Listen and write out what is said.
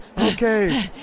Okay